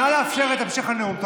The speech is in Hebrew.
נא לאפשר את המשך הנאום.